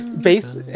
base